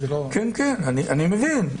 כן, אני מבין.